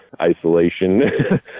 isolation